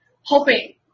hoping